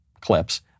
clips